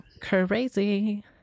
crazy